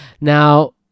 Now